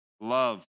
love